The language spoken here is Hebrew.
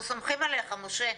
אנחנו סומכים עלייך משה.